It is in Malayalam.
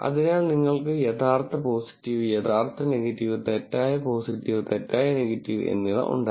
അതിനാൽ ഞങ്ങൾക്ക് യഥാർത്ഥ പോസിറ്റീവ് യഥാർത്ഥ നെഗറ്റീവ് തെറ്റായ പോസിറ്റീവ് തെറ്റായ നെഗറ്റീവ് എന്നിവ ഉണ്ടായിരുന്നു